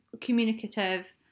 communicative